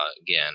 again